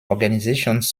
organizations